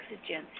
oxygen